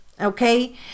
okay